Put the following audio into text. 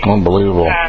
Unbelievable